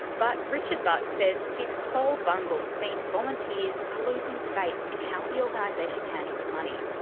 but richard budd says this whole bungle means volunteers are losing faith in how the organisation handles money.